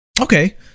Okay